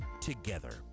together